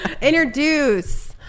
Introduce